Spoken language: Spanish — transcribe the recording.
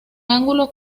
ángulos